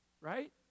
Right